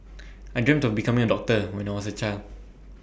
I dreamt of becoming A doctor when I was A child